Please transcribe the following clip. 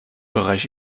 bereich